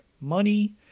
money